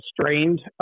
strained